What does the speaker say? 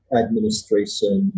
administration